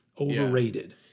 Overrated